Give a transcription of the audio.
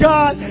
God